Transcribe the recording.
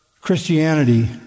Christianity